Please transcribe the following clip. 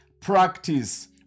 practice